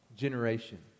Generation